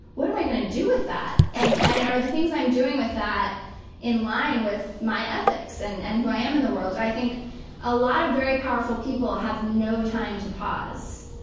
what am i going to do with that? and and are the things i'm doing with that in line with my ethics and and who i am in the world? and i think a lot of very powerful people have no time to pause.